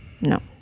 No